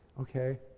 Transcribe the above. ok?